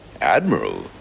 Admiral